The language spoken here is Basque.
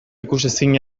ikusezin